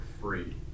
free